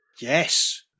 Yes